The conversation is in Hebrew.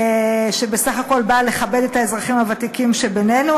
שבסך הכול באה לכבד את האזרחים הוותיקים שבינינו.